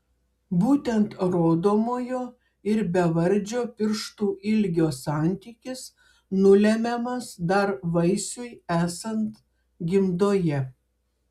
būtent rodomojo ir bevardžio pirštų ilgio santykis nulemiamas dar vaisiui esant gimdoje